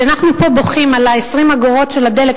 כשאנחנו פה בוכים על 20 האגורות של הדלק,